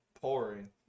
pouring